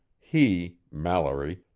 he, mallory,